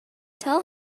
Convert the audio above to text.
tell